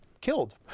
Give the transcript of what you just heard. Killed